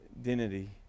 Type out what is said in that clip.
identity